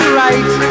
right